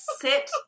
sit